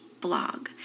blog